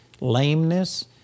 lameness